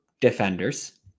defenders